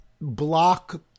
block